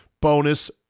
bonus